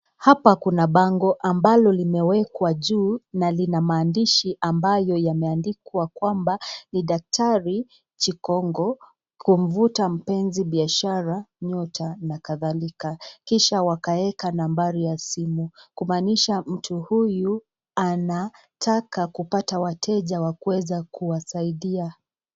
Hapa kuna bango ambalo limewekwa juu na lina maadishi ambayo yameadikwa kwamba ni daktari Chigongo, kumvuta mpenzi, biashara, nyota na kathalika. Kisha wakaeka nambari ya simu kumanisha mtu huyu anataka kupata wateja wa kuweza kuwasaidia.